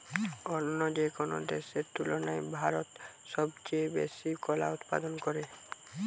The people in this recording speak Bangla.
অন্য যেকোনো দেশের তুলনায় ভারত সবচেয়ে বেশি কলা উৎপাদন করে